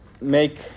make